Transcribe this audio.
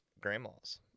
grandma's